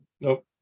nope